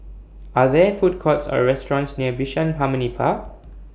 Are There Food Courts Or restaurants near Bishan Harmony Park